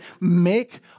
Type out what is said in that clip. make